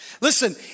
Listen